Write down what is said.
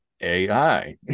AI